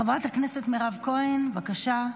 חברת הכנסת מירב כהן, בבקשה.